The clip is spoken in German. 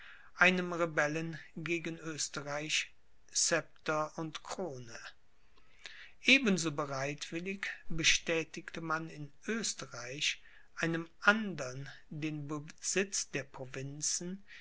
einem rebellen gegen oesterreich scepter und krone eben so bereitwillig bestätigte man in oesterreich einem andern den besitz der provinzen